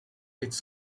its